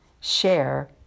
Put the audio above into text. share